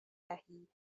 دهید